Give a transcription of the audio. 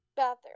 bathroom